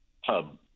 hub